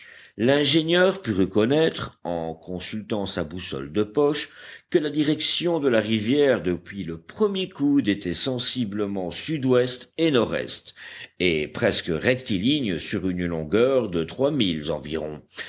l'ingénieur put reconnaître en consultant sa boussole de poche que la direction de la rivière depuis le premier coude était sensiblement sud-ouest et nord-est et presque rectiligne sur une longueur de trois milles environ